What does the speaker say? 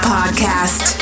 Podcast